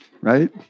right